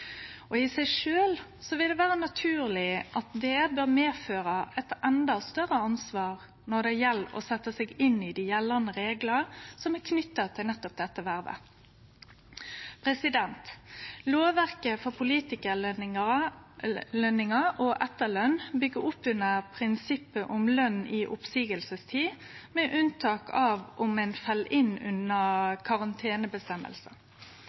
tillitsverv. I seg sjølv vil det vere naturleg at det bør medføre eit endå større ansvar når det gjeld å setje seg inn i dei gjeldande reglar som er knytte til nettopp dette vervet. Lovverket for politikarløningar og etterløn byggjer opp under prinsippet om løn i oppseiingstid, med unntak av om ein fell inn